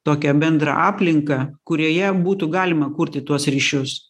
tokią bendrą aplinką kurioje būtų galima kurti tuos ryšius